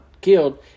killed